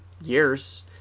years